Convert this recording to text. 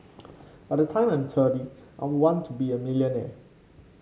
by the time I'm thirty I want to be a millionaire